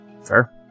Fair